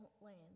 land